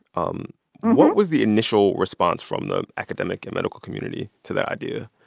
um what was the initial response from the academic and medical community to that idea?